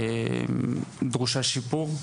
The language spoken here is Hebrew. דרושה שיפור,